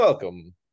Welcome